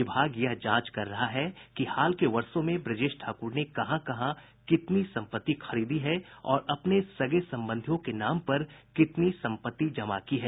विभाग यह जांच कर रहा है कि हाल के वर्षो में ब्रजेश ठाकुर ने कहां कहां कितनी सम्पत्ति खरीदी है और अपने सगे संबंधियों के नाम पर कितनी सम्पत्ति जमा की है